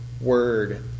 word